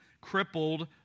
crippled